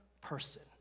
person